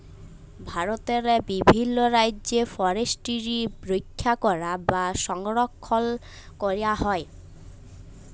ভারতেরলে বিভিল্ল রাজ্যে ফরেসটিরি রখ্যা ক্যরা বা সংরখ্খল ক্যরা হয়